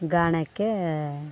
ಗಾಣಕ್ಕೇ